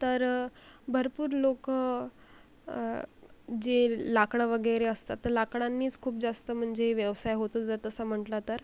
तर भरपूर लोक जे लाकडं वगैरे असतात तर लाकडांनीच खूप जास्त म्हणजे व्यवसाय होत होता तसा म्हटला तर